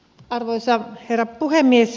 arvoisa herra puhemies